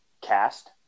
cast